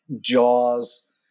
jaws